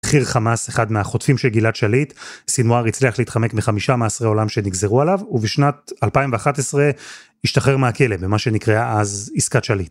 בכיר חמאס, אחד מהחוטפים של גלעד שליט, סינואר, הצליח להתחמק בחמישה מאסרי עולם שנגזרו עליו ובשנת 2011 השתחרר מהכלא במה שנקראה אז עסקת שליט.